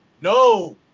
no